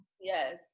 Yes